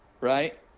right